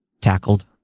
tackled